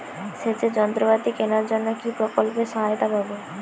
সেচের যন্ত্রপাতি কেনার জন্য কি প্রকল্পে সহায়তা পাব?